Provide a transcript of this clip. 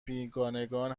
بیگانگان